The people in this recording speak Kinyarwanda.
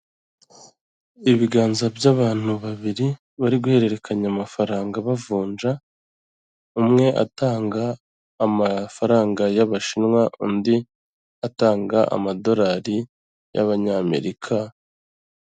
Ogisisi foiri biro akaba ari ibiro bifasha abaza kuvunjisha amafaranga yabo bayakura mu bwoko runaka bw'amafaranga bayashyira mu bundi bwoko runaka bw'amafaranga, aha turabonamo mudasobwa, turabonamo n'umugabo wicaye ategereje gufasha abakiriya baza kuvunjisha amafaranga yawe.